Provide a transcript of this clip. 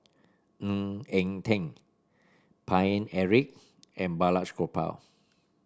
Ng Eng Teng Paine Eric and Balraj Gopal